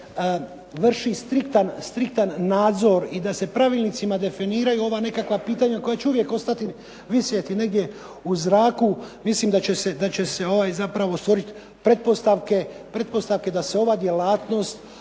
dakle vrši striktan nadzor i da se pravilnicima definiraju ova nekakva pitanja koja će uvijek ostati visjeti negdje u zraku. Mislim da će se zapravo stvorit pretpostavke da se ova djelatnost